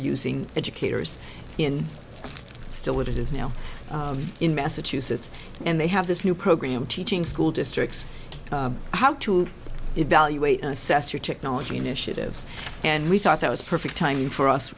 using educators in still with it is now in massachusetts and they have this new program teaching school districts how to evaluate and assess your technology initiatives and we thought that was perfect timing for us